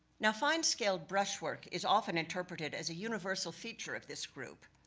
now fine scaled brushwork is often interpreted as a universal feature of this group,